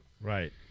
Right